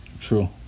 True